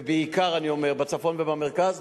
ובעיקר בצפון ובמרכז,